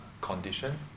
condition